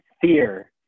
fear